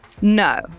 No